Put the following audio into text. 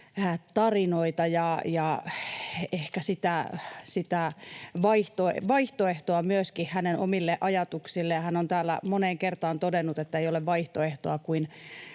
tarinoita ja ehkä myöskin vaihtoehtoa hänen omille ajatuksilleen. Hän on täällä moneen kertaan todennut, että ei ole vaihtoehtoa kuin